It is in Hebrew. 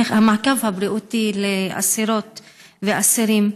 המעקב אחר הבריאות לאסירות ולאסירים.